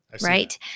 right